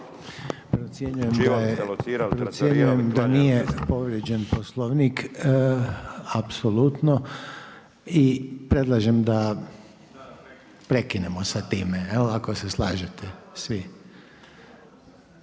ocjenjujem da nije povrijeđen Poslovnik apsolutno i predlažemo sa time ako se slažete svi